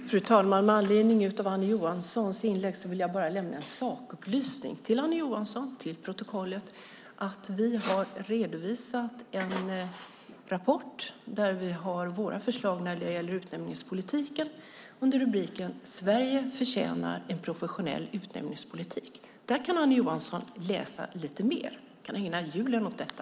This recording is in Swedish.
Fru talman! Med anledning av Annie Johanssons inlägg vill jag bara lämna en sakupplysning till Annie Johansson och för protokollet. Vi har redovisat en rapport där vi har våra förslag när det gäller utnämningspolitiken under rubriken Sverige förtjänar en professionell utnämningspolitik. Där kan Annie Johansson läsa lite mer. Hon kan ägna julen åt detta.